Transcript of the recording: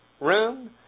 room